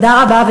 תודה רבה,